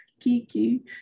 Kiki